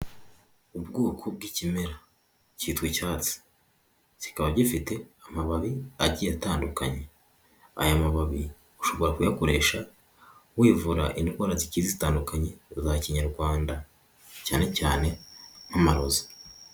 Ubwoko bw'ikimera cyitwa icyatsi, kikaba gifite amababi agiye atandukanye, aya mababi ushobora kuyakoresha wivura indwara zigiye zitandukanye za kinyarwanda, cyane cyane nk'amarozi.